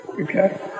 Okay